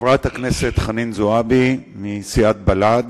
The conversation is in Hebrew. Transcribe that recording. חברת הכנסת חנין זועבי מסיעת בל"ד